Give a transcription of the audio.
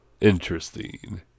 Interesting